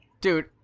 Dude